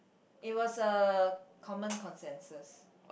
it was a common consensus